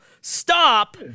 stop